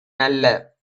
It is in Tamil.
நல்ல